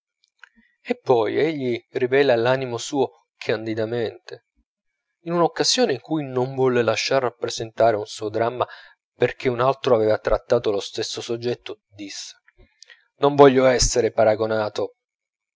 e poi egli rivela l'animo suo candidamente in un'occasione in cui non volle lasciar rappresentare un suo dramma perchè un altro aveva trattato lo stesso soggetto disse non voglio esser paragonato